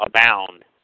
abound